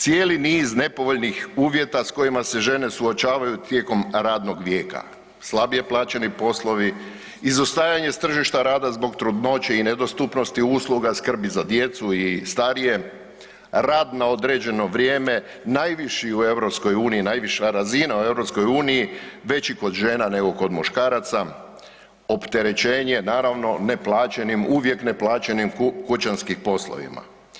Cijeli niz nepovoljnih uvjeta s kojima se žene suočavaju tijekom radnog vijeka, slabije plaćeni poslovi, izostajanje s tržišta rada zbog trudnoće i nedostupnosti usluga, skrbi za djecu i starije, rad na određeno vrijeme najviši u EU, najviša razina u EU veći kod žena nego kod muškaraca, opterećenje naravno neplaćenim uvijek neplaćenim kućanskim poslovima.